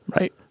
Right